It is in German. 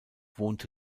wohnte